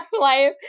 life